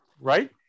right